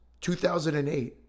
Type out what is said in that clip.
2008